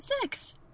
six